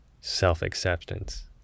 Self-acceptance